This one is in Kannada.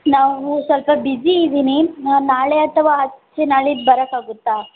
ನಾವು ಸ್ವಲ್ಪ ಬಿಜಿ ಇದ್ದೀನಿ ಹಾಂ ನಾಳೆ ಅಥವಾ ಆಚೆ ನಾಡಿದ್ದು ಬರೋಕ್ಕಾಗುತ್ತಾ